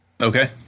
Okay